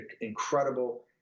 incredible